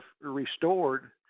restored